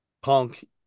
Punk